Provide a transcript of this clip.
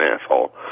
asshole